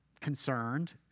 concerned